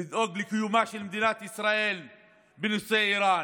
לדאוג לקיומה של מדינת ישראל בנושא איראן,